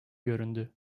göründü